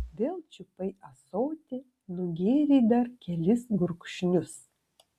vėl čiupai ąsotį nugėrei dar kelis gurkšnius